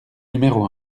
numéro